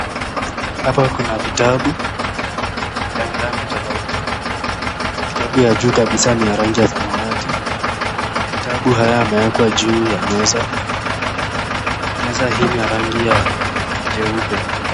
Hapa kuna vitabu yenye rangi tofauti . Kitabu ya juu kabisa ni ya rangi ya samawati . Vitabu haya yamewekwa juu ya meza , meza hii ni ya rangi ya jeupe .